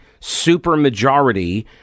supermajority